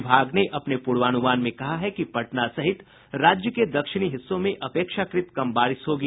विभाग ने अपने पूर्वानुमान में कहा है कि पटना सहित राज्य के दक्षिणी हिस्सों में अपेक्षाकृत कम बारिश होगी